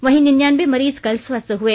वहीं निन्यानवें मरीज कल स्वस्थ हुए